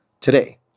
today